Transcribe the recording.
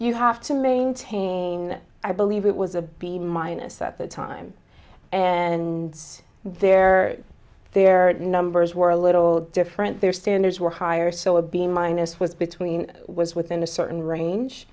you have to maintain i believe it was a big minus at the time and there their numbers were a little well different their standards were higher so a b minus was between was within a certain range